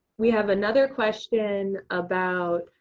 we have another question about,